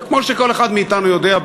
כמו שכל אחד מאתנו יודע,